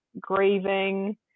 grieving